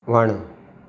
वणु